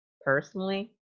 personally